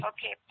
Okay